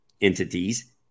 entities